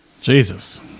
Jesus